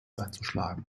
einzuschlagen